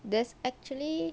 there's actually